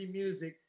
music